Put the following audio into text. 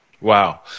Wow